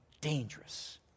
dangerous